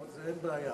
לא, אין בעיה.